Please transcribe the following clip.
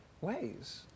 ways